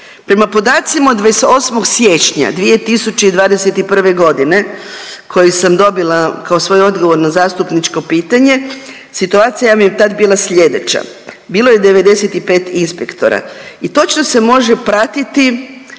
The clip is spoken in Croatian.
Prema podacima od 28. siječnja 2021. godine koji sam dobila kao svoj odgovor na zastupničko pitanje situacija vam je tad bila sljedeća. Bilo je 95 inspektora i točno se može pratiti